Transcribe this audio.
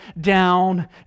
down